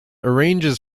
arranges